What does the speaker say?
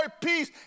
peace